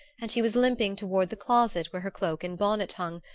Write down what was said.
and she was limping toward the closet where her cloak and bonnet hung,